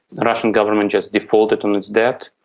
the russian government just defaulted on its debt,